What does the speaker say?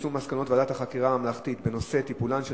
יישום מסקנות ועדת החקירה הממלכתית בנושא טיפולן של